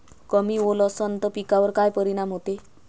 कमी ओल असनं त पिकावर काय परिनाम होते?